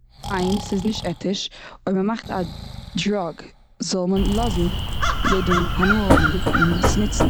ניין, ס'איז נישט עטיש. ווען מ'מאכט א דראג, זאל מען לאזן יעדעם הנאה האבן און עס ניצן.